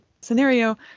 scenario